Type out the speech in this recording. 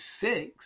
six